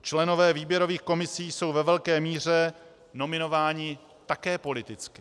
Členové výběrových komisí jsou ve velké míře nominováni také politicky.